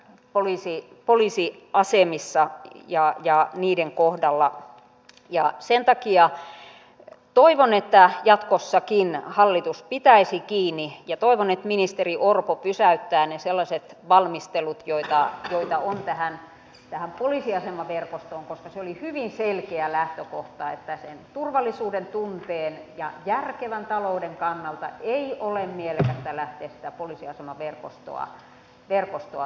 olisin poliisi asemissa jaa jaa niiden kohdalla ja sen takia toivon että jatkossakin hallitus pitäisi kiinni tästä ja toivon että ministeri orpo pysäyttää ne sellaiset valmistelut joita on tässä poliisiasemaverkostossa koska se oli hyvin selkeä lähtökohta että sen turvallisuudentunteen ja järkevän talouden kannalta ei ole mielekästä lähteä sitä poliisiasemaverkostoa supistamaan